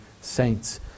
saints